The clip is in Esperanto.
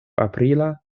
aprila